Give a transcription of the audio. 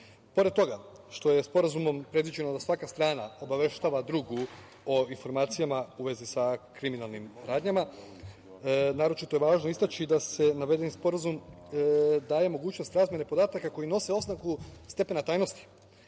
toga što je sporazumom predviđeno da svaka strana obaveštava drugu o informacijama u vezi sa kriminalnim radnjama, naročito je važno istaći da navedeni sporazum daje mogućnost razmene podataka koji nose oznaku stepena tajnosti,